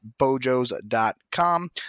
bojos.com